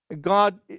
God